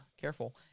Careful